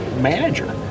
manager